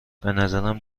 بنظرم